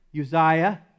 Uzziah